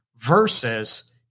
versus